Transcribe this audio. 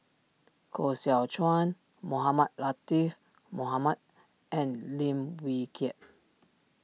Koh Seow Chuan Mohamed Latiff Mohamed and Lim Wee Kiak